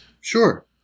Sure